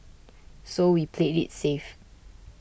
so we played it safe